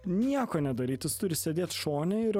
nieko nedaryt jis turi sėdėt šone ir